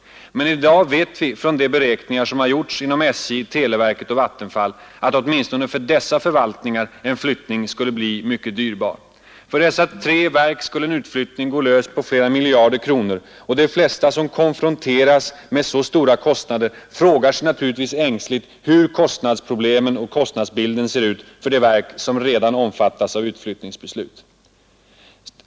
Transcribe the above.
Men i dag vet vi från de beräkningar som gjorts inom SJ, televerket och Vattenfall att åtminstone för dessa förvaltningar en utflyttning skulle bli mycket dyrbar. För dessa tre verk skulle en utflyttning gå lös på flera miljarder kronor. De flesta som konfronteras med så stora kostnader frågar sig naturligtvis ängsligt hur kostnadsproblemen och kostnadsbilden ser ut för de verk som redan omfattas av utflyttningsbeslut.